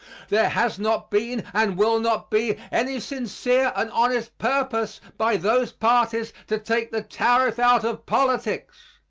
there has not been and will not be any sincere and honest purpose by those parties to take the tariff out of politics.